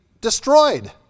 destroyed